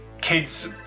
kids